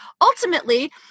ultimately